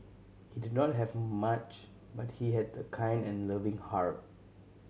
he did not have much but he had a kind and loving heart